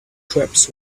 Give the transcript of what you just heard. crepes